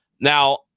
Now